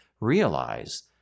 realize